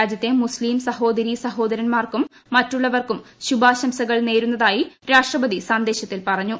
രാജ്യത്തെ മുസ്ലീം സഹോദരീ സഹോദരന്മാർക്കും മറ്റുള്ളവർക്കും ശുഭാശംസകൾ നേരുന്നതായി രാഷ്ട്രപതി സന്ദേശത്തിൽ പറഞ്ഞു